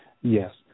Yes